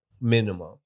minimum